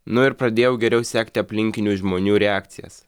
nu ir pradėjau geriau sekti aplinkinių žmonių reakcijas